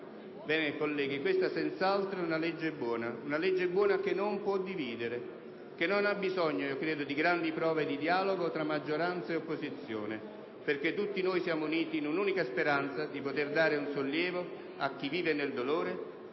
varie. Colleghi, questa è senz'altro una legge buona, che non può dividere, che non abbisogna di grande prove di dialogo tra maggioranza ed opposizione, perché tutti noi siamo uniti nella speranza di poter dare un sollievo a chi vive nel dolore.